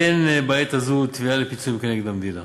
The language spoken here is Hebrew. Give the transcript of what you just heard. אין בעת הזו תביעה לפיצויים כנגד המדינה.